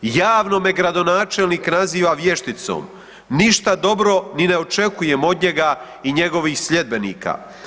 Javno me gradonačelnik naziva vješticom, ništa dobro ni ne očekujem od njega i njegovih sljedbenika.